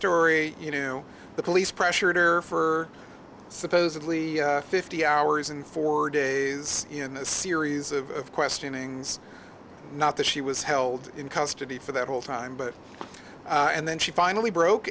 story you know the police pressured or for supposedly fifty hours in four days in a series of questionings not that she was held in custody for the whole time but and then she finally broke